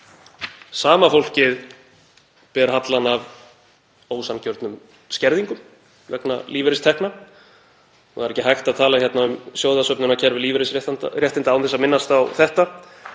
Sama fólkið ber hallann af ósanngjörnum skerðingum vegna lífeyristekna. Það er ekki hægt að tala um sjóðsöfnunarkerfi lífeyrisréttinda án þess að minnast á það